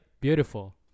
beautiful